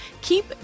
keep